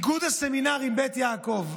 באיגוד הסמינרים בית יעקב,